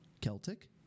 Celtic